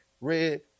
red